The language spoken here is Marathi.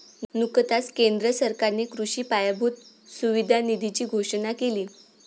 नुकताच केंद्र सरकारने कृषी पायाभूत सुविधा निधीची घोषणा केली